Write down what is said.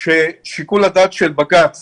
ששיקול הדעת של בג"ץ